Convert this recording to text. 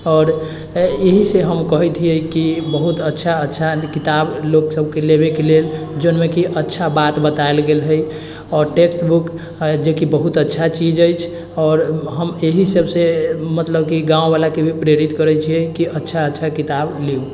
आओर एहि से हम कहैत हियै कि बहुत अच्छा अच्छा किताब लोक सभके लेबेके लेल जाहिमे कि अच्छा बात बताएल गेल हइ आओर टैक्स बुक जेकि बहुत अच्छा चीज अछि आओर हम एहि सभसँ मतलब कि गाँववालाके भी प्रेरित करैत छिऐ कि अच्छा अच्छा किताब लिअऽ